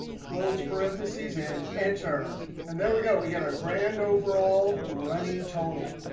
close parentheses, and enter. and there we go. we get our grand overall running total.